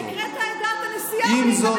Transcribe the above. זה פשוט